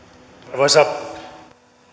arvoisa